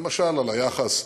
למשל על היחס,